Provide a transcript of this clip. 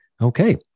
Okay